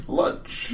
lunch